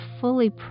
fully